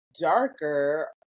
darker